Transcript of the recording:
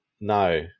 No